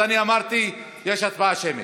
אז אני אמרתי: יש הצבעה שמית.